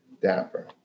Dapper